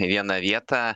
į vieną vietą